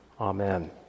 Amen